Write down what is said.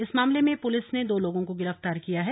इस मामले में पुलिस ने दो लोगों को गिरफ्तार किया है